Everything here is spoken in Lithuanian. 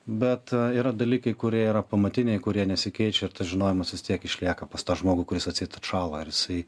bet yra dalykai kurie yra pamatiniai kurie nesikeičia tas žinojimas vis tiek išlieka pas tą žmogų kuris atseit atšąla ir jisai